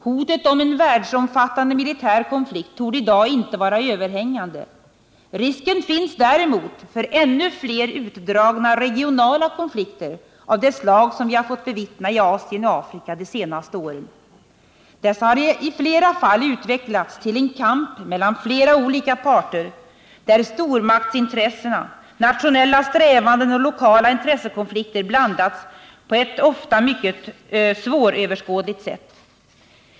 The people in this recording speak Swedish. Hotet om en världsomfattande militär konflikt torde i dag inte vara överhängande. Risken finns däremot för ännu fler utdragna regionala konflikter av det slag som vi fått bevittna i Asien och Afrika de senaste åren. Dessa har i flera fall utvecklats till en kamp mellan flera olika parter, där stormaktsintressen, nationella strävanden och lokala intressekonflikter blandats på ett ofta mycket svåröverskådligt sätt.